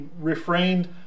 refrained